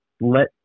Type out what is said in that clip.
Let